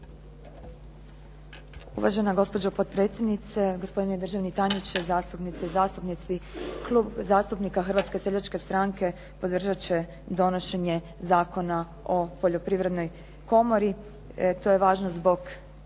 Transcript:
Uvažena gospođo potpredsjedniče, gospodine državni tajniče, zastupnice i zastupnici. Klub zastupnika Hrvatske seljačke stranke podržati će donošenje Zakona o poljoprivrednoj komori. To je važno zbog